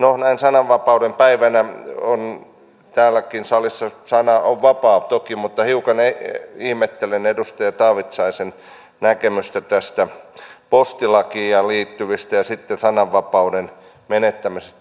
näin sananvapauden päivänä täällä salissakin sana on toki vapaa mutta hiukan ihmettelen edustaja taavitsaisen näkemystä tästä postilaista ja sananvapauden menettämisestä